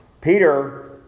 Peter